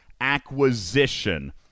acquisition